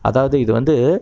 அதாவது இது வந்து